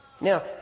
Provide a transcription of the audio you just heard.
Now